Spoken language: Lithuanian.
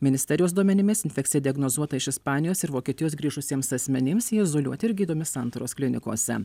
ministerijos duomenimis infekcija diagnozuota iš ispanijos ir vokietijos grįžusiems asmenims jie izoliuoti ir gydomi santaros klinikose